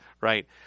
Right